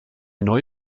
neue